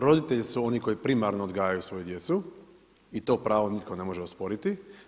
Roditelji su oni koji primarno odgajaju svoju djecu i to pravo nitko ne može osporiti.